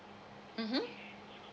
mmhmm